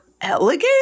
elegant